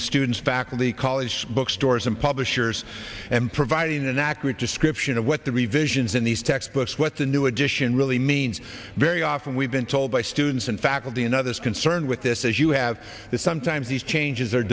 the students faculty college bookstores and publishers and providing an accurate description of what the revisions in these textbooks what the new edition really means very often we've been told by students and faculty and others concerned with this is you have the sometimes these changes